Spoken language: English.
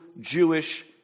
Jewish